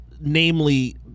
namely